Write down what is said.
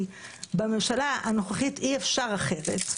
כי בממשלה הנוכחית אי-אפשר אחרת.